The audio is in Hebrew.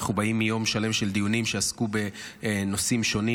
ואנחנו באים מיום שלם של דיונים שעסקו בנושאים שונים,